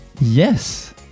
yes